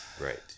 right